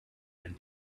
and